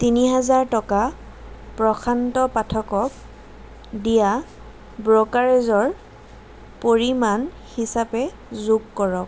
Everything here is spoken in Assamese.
তিনি হাজাৰ টকা প্ৰশান্ত পাঠকক দিয়া ব্ৰ'কাৰেজৰ পৰিমাণ হিচাপে যোগ কৰক